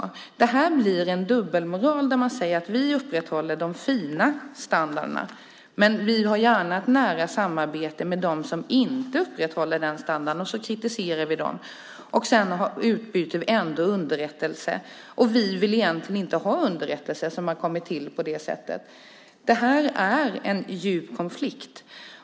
Det blir en dubbelmoral där vi säger att vi upprätthåller de fina standarderna men gärna har ett samarbete med dem som inte upprätthåller samma standard och så kritiserar vi dem för det men utbyter ändå underrättelse trots att vi egentligen inte vill ha underrättelse som har kommit till på det sättet. Detta är en djup konflikt.